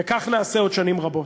וכך נעשה עוד שנים רבות.